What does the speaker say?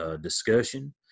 discussion